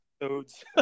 episodes